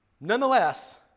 Nonetheless